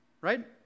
Right